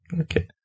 Okay